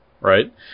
right